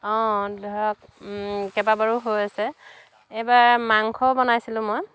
অঁ ধৰক কেইবাবাৰো হৈ আছে এবাৰ মাংস বনাইছিলোঁ মই